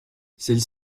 celles